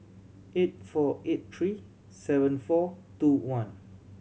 eight four eight three seven four two one